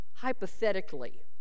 hypothetically